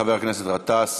חבר הכנסת גטאס,